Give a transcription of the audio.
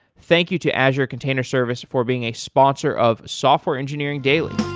thank you to azure container service for being a sponsor of software engineering daily.